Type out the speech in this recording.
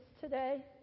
today